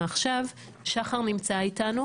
שחר סולר נמצא איתנו